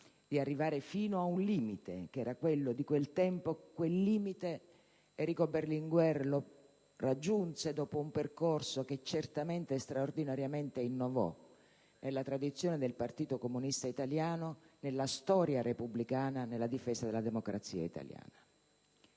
di arrivare fino ad un limite, che era quello di appartenere a quel tempo, quel limite Enrico Berlinguer lo raggiunse dopo un percorso che certamente e straordinariamente innovò nella tradizione del Partito Comunista Italiano, nella storia repubblicana, nella difesa della democrazia italiana.